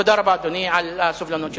תודה רבה, אדוני, על הסבלנות שלך.